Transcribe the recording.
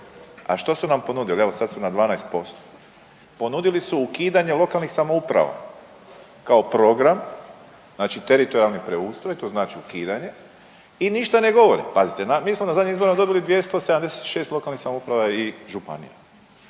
A što su vam ponudili, evo sad su na 12%. Ponudili su ukidanje lokalnih samouprava, kao program, znači teritorijalni preustroj, to znači ukidanje i ništa ne govore. Pazite, mi smo na zadnjim izborima dobili 276 lokalnih samouprava i županija.